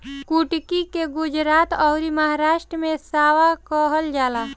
कुटकी के गुजरात अउरी महाराष्ट्र में सांवा कहल जाला